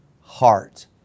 heart